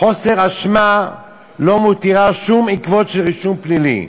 חוסר אשמה לא מותיר שום עקבות של רישום פלילי.